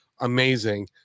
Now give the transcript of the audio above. amazing